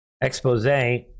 expose